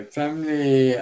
family